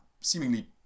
seemingly